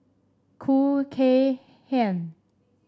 Khoo Kay Hian